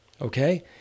Okay